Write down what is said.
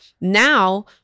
Now